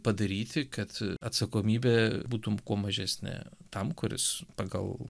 padaryti kad atsakomybė būtų kuo mažesnė tam kuris pagal